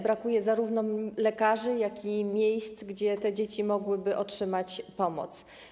Brakuje zarówno lekarzy, jak i miejsc, gdzie dzieci mogłyby otrzymać pomoc.